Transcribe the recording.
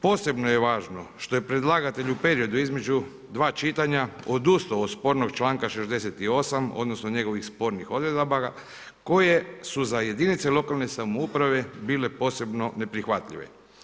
Posebno je važno što je predlagatelj u periodu između dva čitanja odustao od spornog članka 68. odnosno njegovih spornih odredaba koje su za jedinice lokalne samouprave bile posebno neprihvatljive.